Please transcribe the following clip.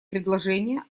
предложения